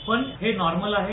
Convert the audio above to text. पण हे नॉर्मल आहे